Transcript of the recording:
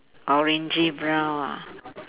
orangey brown ah